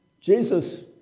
Jesus